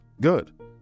good